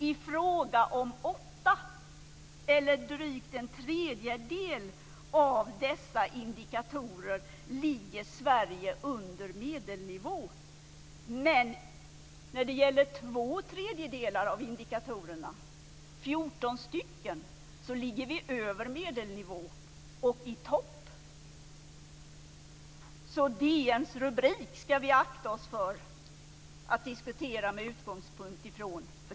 I fråga om åtta, eller drygt en tredjedel, av dessa indikatorer ligger Sverige under medelnivå. Men när det gäller två tredjedelar av indikatorerna, 14 stycken, ligger vi över medelnivå och i topp. Så DN:s rubrik ska vi akta oss för att diskutera med utgångspunkt från.